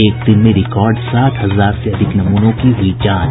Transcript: एक दिन में रिकार्ड साठ हजार से अधिक नमूनों की हुई जांच